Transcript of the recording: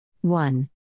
One